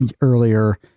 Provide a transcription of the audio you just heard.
Earlier